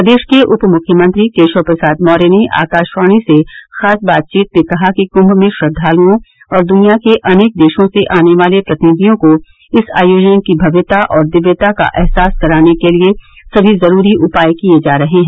प्रदेश के उप मुख्यमंत्री केशव प्रसाद मौर्य ने आकाशवाणी से खास बातचीत में कहा कि कृंष में श्रद्वालुओं और दूनिया के अनेक देशों से आने वाले प्रतिनिधियों को इस आयोजन की भव्यता और दिव्यता का अहसास कराने के लिये समी जुरूरी उपाय किये जा रहे हैं